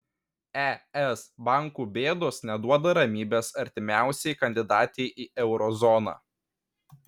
es bankų bėdos neduoda ramybės artimiausiai kandidatei į euro zoną